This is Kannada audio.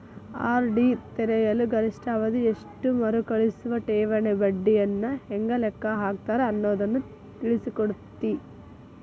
ಆರ್.ಡಿ ತೆರೆಯಲು ಗರಿಷ್ಠ ಅವಧಿ ಎಷ್ಟು ಮರುಕಳಿಸುವ ಠೇವಣಿ ಬಡ್ಡಿಯನ್ನ ಹೆಂಗ ಲೆಕ್ಕ ಹಾಕ್ತಾರ ಅನ್ನುದನ್ನ ತಿಳಿಸಿಕೊಡ್ತತಿ